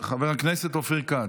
חבר הכנסת אופיר כץ,